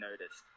noticed